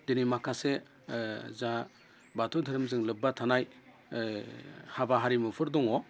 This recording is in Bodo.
दिनै माखासे जा बाथौ धोरोमजों लोब्बा थानाय हाबा हारिमुफोर दङ